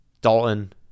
dalton